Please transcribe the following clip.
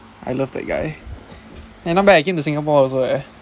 I love that guy eh not bad came to singapore also leh